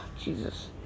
Jesus